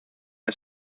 que